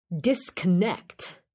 disconnect